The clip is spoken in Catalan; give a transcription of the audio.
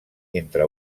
entre